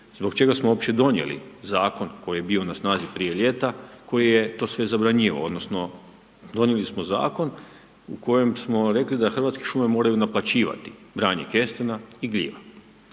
zbog čega smo uopće donijeli zakon koji je bio na snazi prije ljeta, koji je to sve zabranjivao odnosno donijeli smo zakon u kojem smo rekli da Hrvatske šume moraju naplaćivati branje kestena i gljiva.